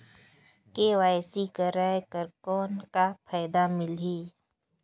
KYC कराय कर कौन का फायदा मिलही?